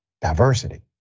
diversity